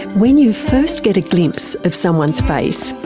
when you first get a glimpse of someone's face,